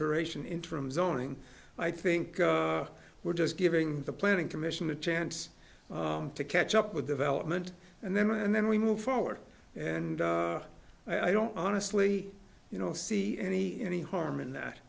duration interim zoning i think we're just giving the planning commission a chance to catch up with development and then and then we move forward and i don't honestly you know see any any harm in that